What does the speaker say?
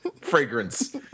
fragrance